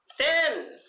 Ten